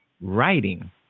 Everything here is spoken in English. writing